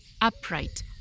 upright